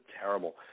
terrible